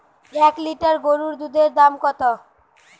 এক লিটার গোরুর দুধের দাম কত?